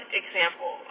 example